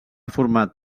format